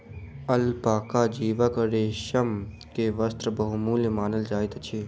alpaca जीवक रेशम के वस्त्र बहुमूल्य मानल जाइत अछि